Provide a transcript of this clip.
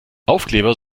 aufkleber